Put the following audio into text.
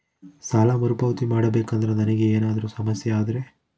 ಸಾಲ ಮರುಪಾವತಿ ಮಾಡಬೇಕಂದ್ರ ನನಗೆ ಏನಾದರೂ ಸಮಸ್ಯೆ ಆದರೆ?